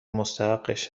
مستحقش